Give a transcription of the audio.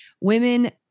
Women